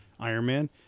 Ironman